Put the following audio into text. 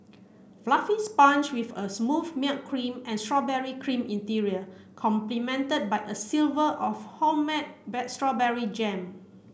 fluffy sponge with a smooth milk cream and strawberry cream interior complemented by a silver of homemade strawberry jam